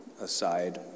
aside